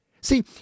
See